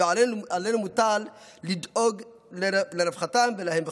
ועלינו מוטל לדאוג לרווחתם ולהם בכלל.